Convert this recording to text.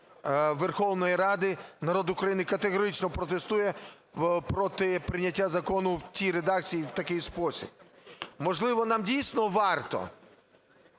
Верховної Ради, народ України категорично протестує проти прийняття закону в цій редакції в такий спосіб. Можливо, нам дійсно варто